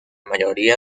mayoría